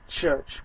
church